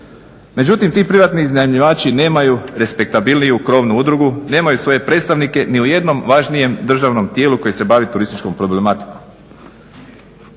Međutim, ti privatni iznajmljivači nemaju respektabilniju krovnu udrugu, nemaju svoje predstavnike ni u jednom važnijem državnom tijelu koji se bavi turističkom problematikom.